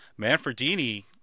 Manfredini